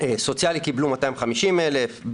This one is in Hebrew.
סוציאלי קיבלו 250,000,